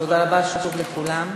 תודה רבה שוב לכולם.